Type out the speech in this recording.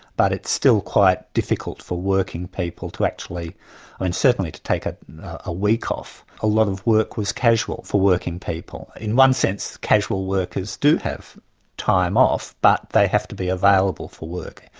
but it's still quite difficult for working people to actually i mean certainly to take ah a week off, a lot of work was casual for working people. in one sense casual workers do have time off, but they have to be available for work.